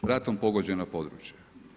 Ratom pogođena područja.